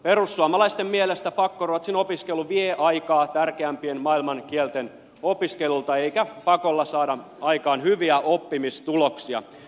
perussuomalaisten mielestä pakkoruotsin opiskelu vie aikaa tärkeämpien maailmankielten opiskelulta eikä pakolla saada aikaan hyviä oppimistuloksia